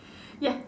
ya